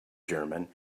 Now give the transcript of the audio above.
german